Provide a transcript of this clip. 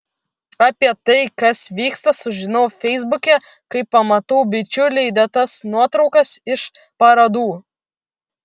apie tai kas vyksta sužinau feisbuke kai pamatau bičiulių įdėtas nuotraukas iš parodų